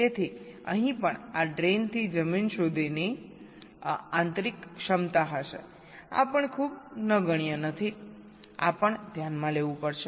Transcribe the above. તેથી અહીં પણ આ ડ્રેઇનથી જમીન સુધીની આંતરિક ક્ષમતા હશે આ પણ ખૂબ નગણ્ય નથી આ પણ ધ્યાનમાં લેવું પડશે